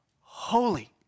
holy